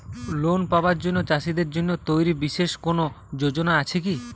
Loan পাবার জন্য চাষীদের জন্য তৈরি বিশেষ কোনো যোজনা আছে কি?